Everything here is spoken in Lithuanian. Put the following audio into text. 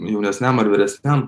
jaunesniam ar vyresniam